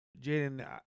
Jaden